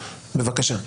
בבקשה.